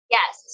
Yes